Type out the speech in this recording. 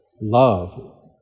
love